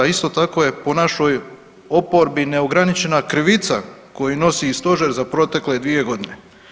Isto tako je po našoj oporbi neograničena krivica koju nosi i Stožer za protekle dvije godine.